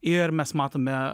ir mes matome